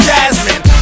Jasmine